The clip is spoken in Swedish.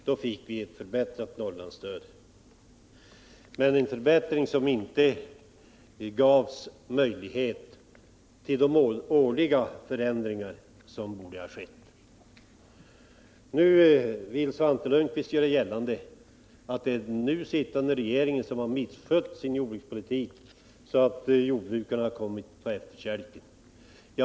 Då fick vi ett förbättrat jordbruksstöd till Norrland, men det var en förbättring som inte möjliggjorde de årliga förändringar som borde ha vidtagits. Nu vill Svante Lundkvist göra gällande att det är den nu sittande regeringen som har misskött sin jordbrukspolitik så att jordbrukarna kommit på efterkälken.